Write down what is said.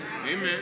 Amen